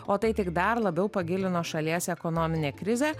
o tai tik dar labiau pagilino šalies ekonominę krizę